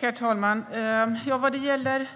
Herr talman! Vad gäller